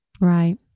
Right